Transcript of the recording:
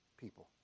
people